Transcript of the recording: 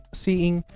seeing